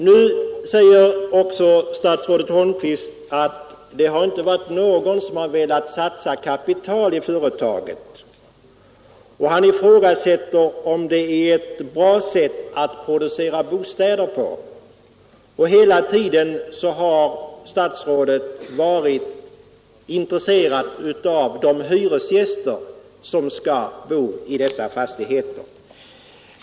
Nu säger också herr statsrådet Holmqvist att det inte varit någon som velat satsa kapital på företaget. Han ifrågasätter om det är ett bra sätt att producera bostäder på hela tiden har statsrådet varit intr ad av de hyresgäster som skall bo i dessa fastigheter.